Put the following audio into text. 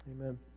Amen